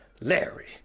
Larry